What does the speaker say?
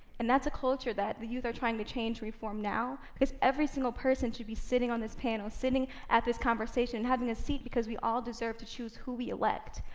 and that's a culture that the youth are trying to change and reform now, because every single person should be sitting on this panel, sitting at this conversation, having a seat, because we all deserve to choose who we elect.